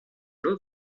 law